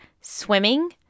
swimming